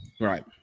Right